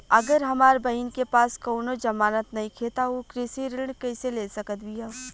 अगर हमार बहिन के पास कउनों जमानत नइखें त उ कृषि ऋण कइसे ले सकत बिया?